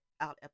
out